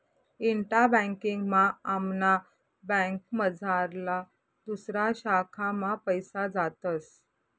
इंटा banking मा आमना बँकमझारला दुसऱा शाखा मा पैसा जातस